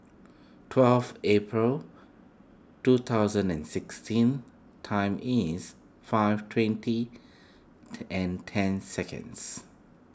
twelve April two thousand and sixteen time is five twenty and ten seconds